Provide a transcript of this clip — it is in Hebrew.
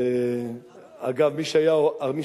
אז אנחנו כולנו מתפללים, כמובן, לשלומו.